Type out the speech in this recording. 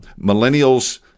millennials